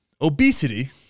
obesity